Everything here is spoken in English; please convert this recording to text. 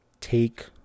take